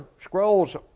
scrolls